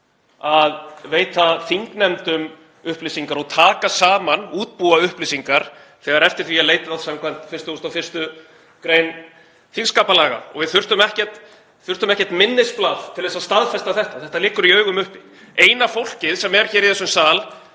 að veita þingnefndum upplýsingar og taka saman, útbúa upplýsingar, þegar eftir því er leitað samkvæmt 51. gr. þingskapalaga. Við þurftum ekkert minnisblað til að staðfesta þetta. Þetta liggur í augum uppi. Eina fólkið sem er hér í þessum sal